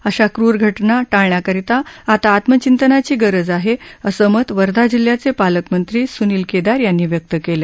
अशा क्रूर घटना टाळण्याकरता आता आत्मचिंतानाची गरज आहे असं मत वर्धा जिल्ह्याचे पालकमंत्री स्नील केदार यांनी व्यक्त केलं